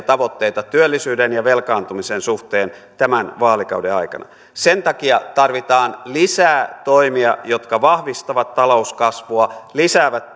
tavoitteita työllisyyden ja velkaantumisen suhteen tämän vaalikauden aikana sen takia tarvitaan lisää toimia jotka vahvistavat talouskasvua lisäävät